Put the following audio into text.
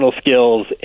skills